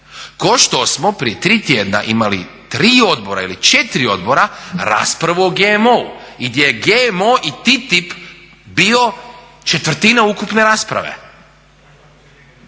što smo prije tri tjedna imali 3 ili 4 odbora raspravu o GMO i gdje je GMO i TTIP bio četvrtina ukupne rasprave